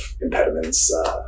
impediments